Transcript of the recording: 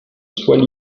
soit